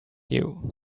you